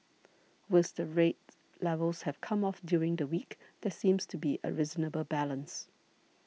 worst the rate levels have come off during the week there seems to be a reasonable balance